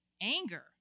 anger